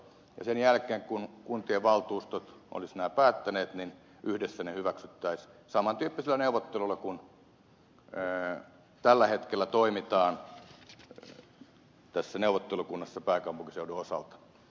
sen jälkeen kun kuntien valtuustot olisivat nämä päättäneet niin yhdessä ne hyväksyttäisiin saman tyyppisellä neuvottelulla kuin tällä hetkellä toimitaan tässä neuvottelukunnassa pääkaupunkiseudun osalta